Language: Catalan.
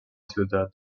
ciutat